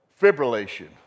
Fibrillation